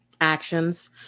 actions